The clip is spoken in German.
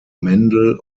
mendel